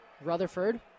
Rutherford